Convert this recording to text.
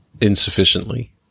insufficiently